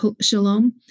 shalom